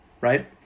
right